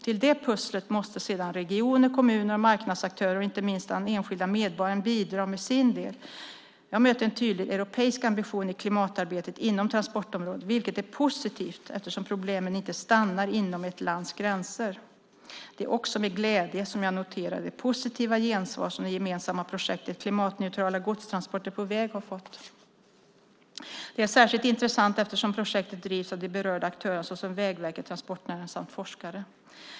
Till det pusslet måste sedan regioner, kommuner, marknadsaktörer och inte minst den enskilda medborgaren bidra med sin del. Jag möter en tydlig europeisk ambition i klimatarbetet inom transportområdet, vilket är positivt eftersom problemen inte stannar inom ett lands gränser. Det är också med glädje som jag noterar det positiva gensvar som det gemensamma projektet Klimatneutrala godstransporter på väg har fått. Det är särskilt intressant eftersom projektet drivs av de berörda aktörerna såsom Vägverket, transportnäringen samt forskare.